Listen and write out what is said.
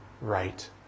right